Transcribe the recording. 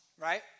right